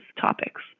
topics